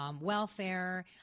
welfare